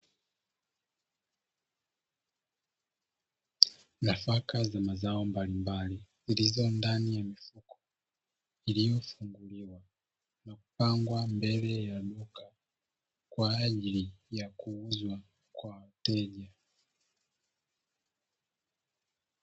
Nafaka za mazao mbalimbali zilizo ndani ya mifuko, iliyofunguliwa na kupangwa mbele ya duka, kwa ajili ya kuuzwa kwa wateja.